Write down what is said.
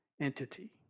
entity